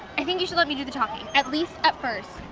i think you should let me do the talking, at least at first.